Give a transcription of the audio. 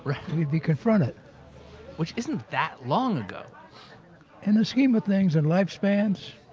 we'd be confronted which isn't that long ago in the scheme of things, in lifespans,